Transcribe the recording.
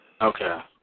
Okay